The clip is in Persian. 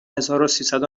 هزاروسیصد